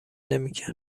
نمیکرد